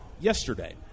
yesterday